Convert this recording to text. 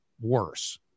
worse